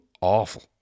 awful